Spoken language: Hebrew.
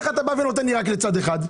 ולכן איך אתה בא ונותן רק לצד אחד?